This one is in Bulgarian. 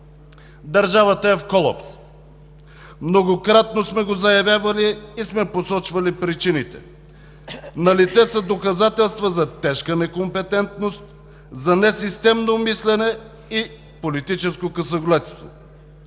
Държавата е в колапс. Многократно сме го заявявали и сме посочвали причините. Налице са доказателства за тежка некомпетентност, за несистемно мислене и политическо късогледство.